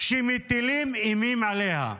שמטילים אימה עליה?